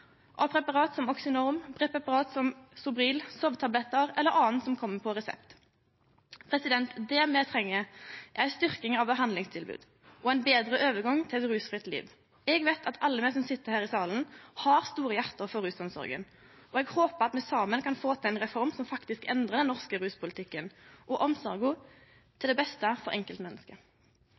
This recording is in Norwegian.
preparat som OxyNorm eller Sobril, sovetablettar eller anna som kjem på resept. Det me treng, er ei styrking av behandlingstilbod og ein betre overgang til eit rusfritt liv. Eg veit at alle me som sit her i salen, har store hjarte for rusomsorga, og eg håpar at me saman kan få til ei reform som faktisk endrar den norske ruspolitikken og rusomsorga til det beste for enkeltmennesket.